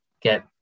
get